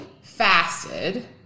fasted